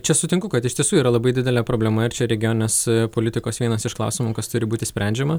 čia sutinku kad iš tiesų yra labai didelė problema ir čia regioninės politikos vienas iš klausimų kas turi būti sprendžiama